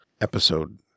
episode